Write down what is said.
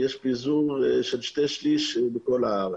יש פיזור של שני שלישים בכל הארץ.